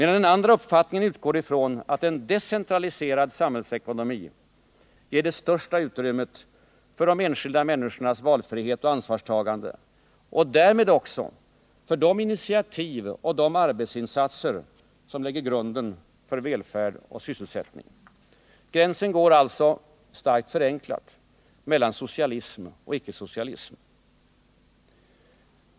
Den andra uppfattningen utgår ifrån att en decentraliserad samhällsekonomi ger det största utrymmet för de enskilda människornas valfrihet och ansvarstagande och därmed också för de initiativ och de arbetsinsatser som lägger grunden för välfärd och sysselsättning. Gränsen går alltså — starkt förenklat — mellan socialism och ickesocialism.